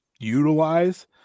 utilize